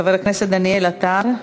חבר הכנסת דניאל עטר,